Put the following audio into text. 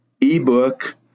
ebook